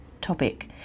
topic